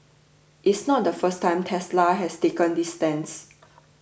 it's not the first time Tesla has taken this stance